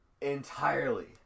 entirely